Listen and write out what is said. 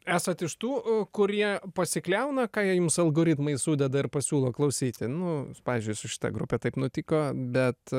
esat iš tų kurie pasikliauna ką jums algoritmai sudeda ir pasiūlo klausyti nu pavyzdžiui su šita grupe taip nutiko bet